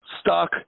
Stuck